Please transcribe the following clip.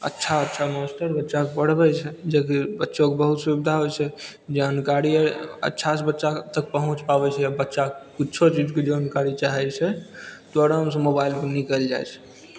अच्छा अच्छा मास्टर बच्चाकेँ पढ़बै छै जकर बच्चोकेँ बहुत सुविधा होइ छै जानकारी अर अच्छासँ बच्चा तक पहुँचि पाबै छै बच्चा किछो चीजके जानकारी चाहै छै तऽ आरामसँ मोबाइलपर निकलि जाइ छै